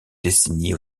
décennie